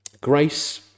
Grace